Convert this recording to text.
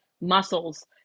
muscles